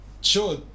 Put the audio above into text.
sure